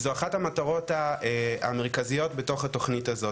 זו אחת המטרות המרכזיות בתוך התוכנית הזאת,